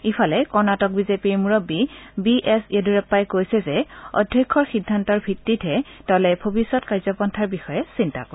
ইফালে কৰ্ণাটক বিজেপিৰ মুৰববী বি এছ য়েডুৰাগ্পাই কৈছে যে অধ্যক্ষৰ সিদ্ধান্তৰ ভিত্তিতহে দলে ভৱিষ্যত কাৰ্যপন্থাৰ বিষয়ে চিন্তা কৰিব